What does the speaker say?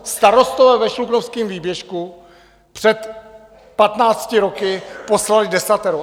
Starostové ve Šluknovském výběžku před patnácti lety poslali desatero.